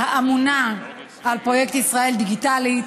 האמונה על פרויקט ישראל דיגיטלית,